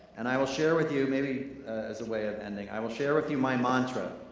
and i will share with you, maybe as a way of ending, i will share with you my mantra.